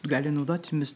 gali naudotis